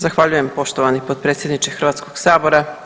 Zahvaljujem poštovani potpredsjedniče Hrvatskoga sabora.